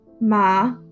Ma